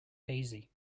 hazy